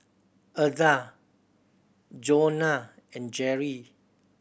Eartha Jonna and Jerrie